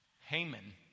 Haman